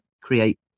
create